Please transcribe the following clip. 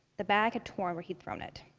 the bag had torn when he'd thrown it.